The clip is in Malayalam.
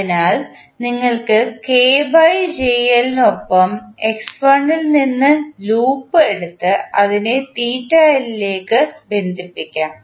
അതിനാൽ ഞങ്ങൾ നൊപ്പം x1 ൽ നിന്ന് ലൂപ്പ് എടുത്ത് അതിനെ ലേക്ക് ബന്ധിപ്പിക്കും